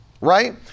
right